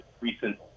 recent